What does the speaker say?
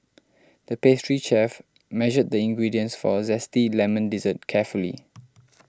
the pastry chef measured the ingredients for a Zesty Lemon Dessert carefully